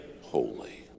holy